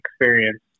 experience